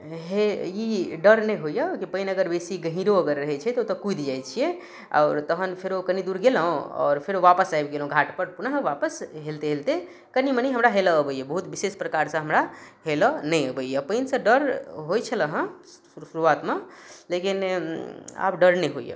हे ई डर नहि होइया जँ पानि अगर बेसी गहींरो रहैत छै तऽ ओतऽ कूदि जाइत छियै आओर तहन फेर कनी दूर गेलहुँ आओर फेरो आपस आबि गेलहुँ घाट पर पुनः आपस हेलते हेलते कनीमनी हमरा हेलऽ अबैया बहुत विशेष प्रकारसँ हमरा हेलऽ नहि अबैया पानिसँ डर होइत छलऽहँ शुरुआतमे लेकिन आब डर नहि होइया